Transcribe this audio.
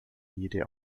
jede